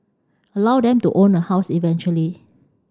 allow them to own a house eventually